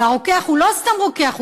והרוקח הוא לא סתם רוקח,